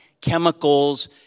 chemicals